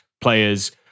players